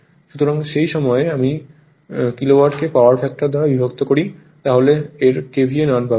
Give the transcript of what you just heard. সুতরাং সেই সময়ে যদি আমি কিলোওয়াটকে পাওয়ার ফ্যাক্টর দ্বারা বিভক্ত করি তাহলে এর KVA মান পাবো